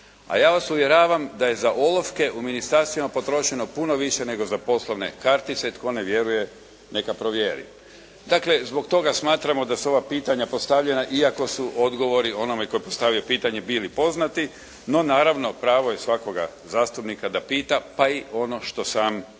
A ja vas uvjeravam da je za olovke u ministarstvima potrošeno puno više nego za poslovne kartice. Tko ne vjeruje neka provjeri. Dakle, zbog toga smatramo da su ova pitanja postavljena iako su odgovori onome tko je postavio pitanje bili poznati. No naravno, pravo je svakoga zastupnika da pita, pa i ono što sam zna.